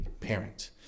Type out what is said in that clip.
parent